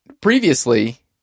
previously